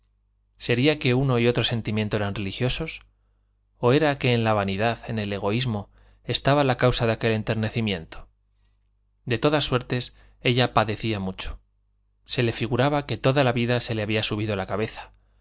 sería que uno y otro sentimiento eran religiosos o era que en la vanidad en el egoísmo estaba la causa de aquel enternecimiento de todas suertes ella padecía mucho se le figuraba que toda la vida se le había subido a la cabeza